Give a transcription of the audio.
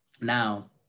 now